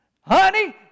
Honey